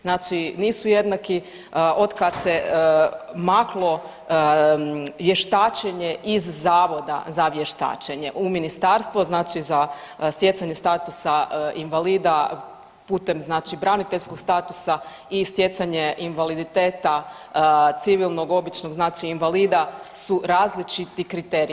Znači nisu jednaki od kad se maklo vještačenje iz Zavoda za vještačenje u Ministarstvo znači za stjecanje statusa invalida putem znači braniteljskog statusa i stjecanje invaliditeta, civilnog, običnog znači invalida su različiti kriteriji.